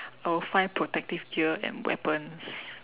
I will find protective gears and weapons